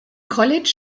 college